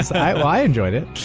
i enjoyed it.